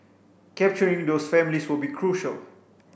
capturing those families will be crucial